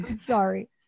sorry